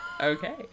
Okay